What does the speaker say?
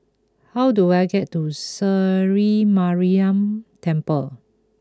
how do I get to Sri Mariamman Temple